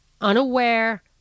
unaware